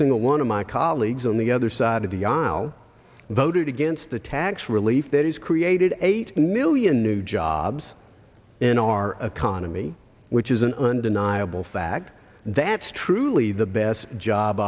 single one of my colleagues on the other side of the aisle voted against the tax relief that has created eight million new jobs in our economy which is an undeniable fact that's truly the best job